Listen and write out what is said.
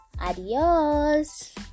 adios